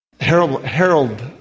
Harold